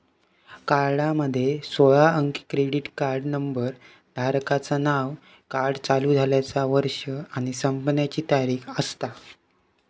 कार्डामध्ये सोळा अंकी क्रेडिट कार्ड नंबर, धारकाचा नाव, कार्ड चालू झाल्याचा वर्ष आणि संपण्याची तारीख असता